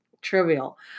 trivial